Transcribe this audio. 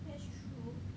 that's true